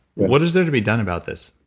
what is there to be done about this?